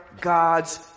God's